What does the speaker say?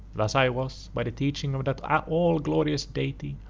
thus i was, by the teaching of that ah all-glorious deity,